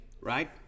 right